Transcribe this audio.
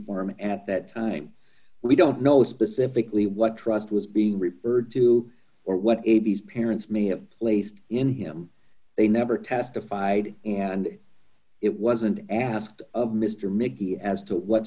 for him at that time we don't know specifically what trust was being referred to or what a b parents may have placed in him they never testified and it wasn't asked mr mayor as to what